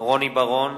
רוני בר-און,